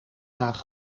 haag